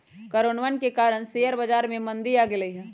कोरोनवन के कारण शेयर बाजार में मंदी आ गईले है